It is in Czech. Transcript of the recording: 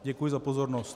Děkuji za pozornost.